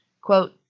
Quote